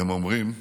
הם אומרים: